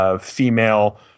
Female